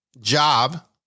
job